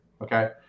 Okay